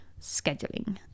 scheduling